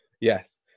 Yes